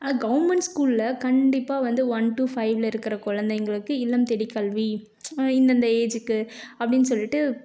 government ஸ்கூலில் கண்டிப்பாக வந்து ஒன் டு ஃபைல இருக்கிற குழந்தைங்களுக்கு இல்லம் தேடி கல்வி இந்தெந்த ஏஜுக்கு அப்படின்னு சொல்லிட்டு